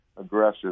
Aggressive